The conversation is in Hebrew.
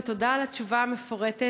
ותודה על התשובה המפורטת,